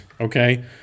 okay